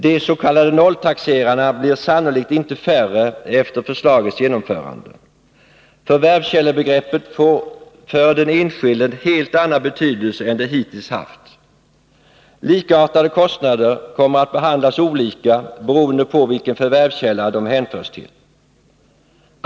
De s.k. nolltaxerarna blir sannolikt inte färre efter förslagets genomförande. Förvärvskällebegreppet får för den enskilde en helt annan betydelse än det hittills haft. Likartade kostnader kommer att behandlas olika beroende på vilken förvärvskälla de hänförs till.